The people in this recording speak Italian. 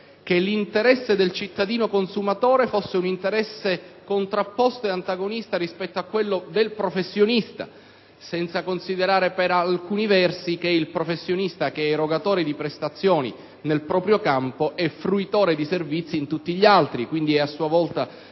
che l'interesse del cittadino-consumatore fosse contrapposto ed antagonista a quello del professionista, senza considerare che il professionista, erogatore di prestazioni nel proprio campo, è fruitore di servizi in tutti gli altri e quindi è a sua volta